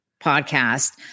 podcast